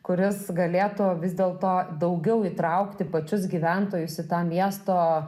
kuris galėtų vis dėl to daugiau įtraukti pačius gyventojus į tą miesto